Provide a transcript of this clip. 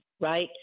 Right